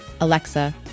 Alexa